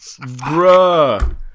Bruh